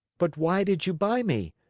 but why did you buy me?